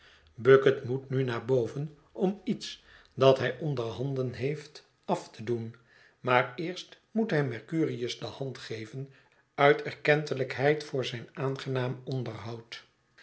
bucket moet nu naar boven om iets dat hij onder handen heeft af te doen maar eerst moet hij mercurius de hand geven uit erkentelijkheid voor zijn aangenaam onderhoud